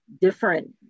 different